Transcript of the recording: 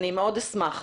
אני מאוד אשמח.